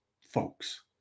folks